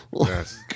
Yes